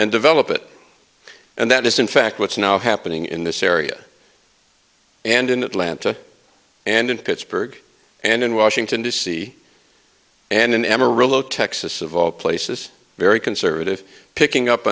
and develop it and that is in fact what's now happening in this area and in atlanta and in pittsburgh and in washington d c and in amarillo texas of all places very conservative picking up